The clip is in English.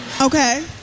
Okay